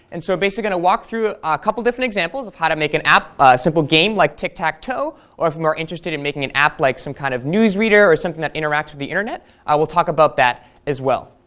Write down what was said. and so we're basically going to walk through a couple different examples of how to make an app, a simple game like tic tac toe, or if you're more interested in making an app like some kind of news reader or something that interacts with the internet i will talk about that as well.